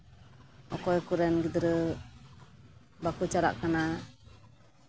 ᱚᱠᱚᱭ ᱠᱚᱨᱮᱱ ᱜᱤᱫᱽᱨᱟᱹ ᱵᱟᱠᱚ ᱪᱟᱞᱟᱜ ᱠᱟᱱᱟ